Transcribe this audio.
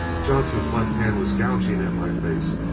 johnson's left hand was gouging at my face,